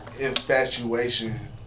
infatuation